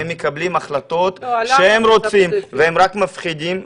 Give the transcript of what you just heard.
הם מקבלים החלטות שהם רוצים והם רק מפחידים ומאיימים.